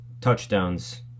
touchdowns